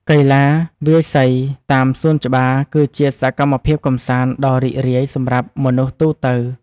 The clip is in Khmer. កីឡាវាយសីតាមសួនច្បារ គឺជាសកម្មភាពកម្សាន្តដ៏រីករាយសម្រាប់មនុស្សទូទៅ។